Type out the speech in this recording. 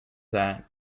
that